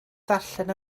ddarllen